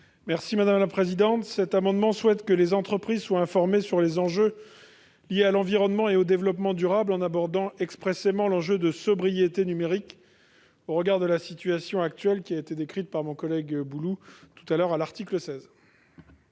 Merci madame la présidente, cet amendement, souhaite que les entreprises soient informés sur les enjeux liés à l'environnement et au développement durable en abordant expressément l'enjeu de sobriété numérique au regard de la situation actuelle qui a été décrite par mon collègue tout à l'heure à l'article 16.